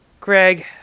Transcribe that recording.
Greg